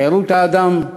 לחירות האדם,